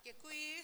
Děkuji.